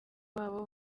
babo